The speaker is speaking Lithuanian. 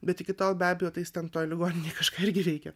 bet iki tol be abejo tai jis ten toj ligoninėj kažką irgi veikė